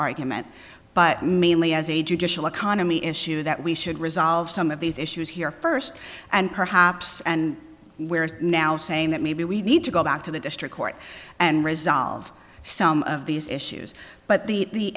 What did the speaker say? argument but mainly as a judicial economy issue that we should resolve some of these issues here first and perhaps and we're now saying that maybe we need to go back to the district court and resolve some of these issues but the